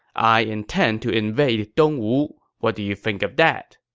i intend to invade dongwu. what do you think of that?